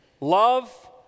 Love